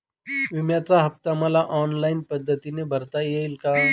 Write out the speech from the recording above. विम्याचा हफ्ता मला ऑनलाईन पद्धतीने भरता येईल का?